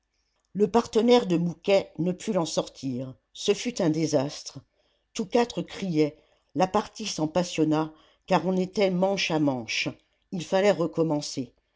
le partenaire de mouquet ne put l'en sortir ce fut un désastre tous quatre criaient la partie s'en passionna car on était manche à manche il fallait recommencer